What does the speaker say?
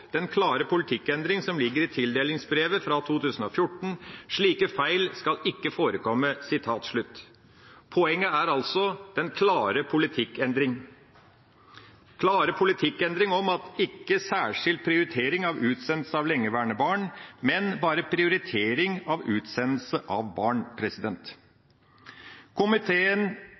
den klare politikkendringen som ligger i tildelingsbrevet for 2014. Slike feil skal ikke forekomme.» Poenget er altså den klare politikkendring om ikke særskilt prioritering av utsendelse av lengeværende barn, men bare prioritering av utsendelse av barn.